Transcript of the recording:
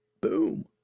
Boom